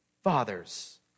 Fathers